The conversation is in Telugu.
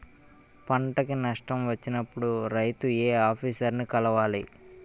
పంటకు నష్టం వచ్చినప్పుడు రైతు ఏ ఆఫీసర్ ని కలవాలి?